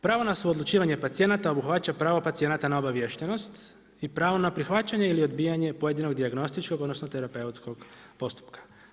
Pravo na suodlučivanje pacijenata obuhvaća pravo pacijenata na obaviještenost i pravo na prihvaćanje ili odbijanje pojedinog dijagnostičkog odnosno terapeutskog postupka.